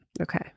Okay